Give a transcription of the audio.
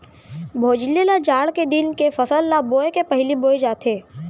भोजली ल जाड़ के दिन के फसल ल बोए के पहिली बोए जाथे